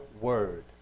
word